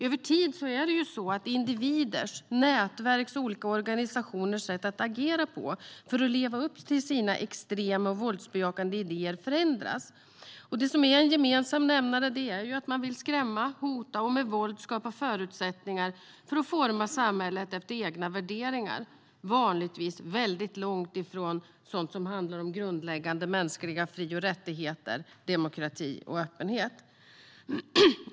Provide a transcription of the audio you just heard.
Över tid är det så att individers, nätverks och olika organisationers sätt att agera på för att leva upp till sina extrema och våldsbejakande idéer förändras. En gemensam nämnare är att man vill skrämma, hota och med våld skapa förutsättningar för att forma samhället efter egna värderingar - vanligtvis långt ifrån sådant som handlar om grundläggande mänskliga fri och rättigheter, demokrati och öppenhet.